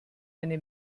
eine